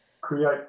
Create